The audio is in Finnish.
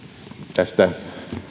tästä